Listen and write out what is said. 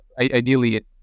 ideally